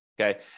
okay